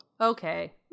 okay